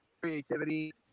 creativity